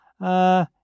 Uh